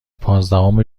پانزدهم